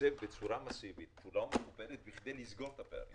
לתקצב בצורה מסיבית בכדי לסגור את הפערים.